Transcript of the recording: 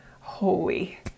holy